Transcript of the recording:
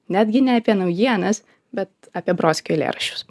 netgi ne apie naujienas bet apie brodskio eilėraščius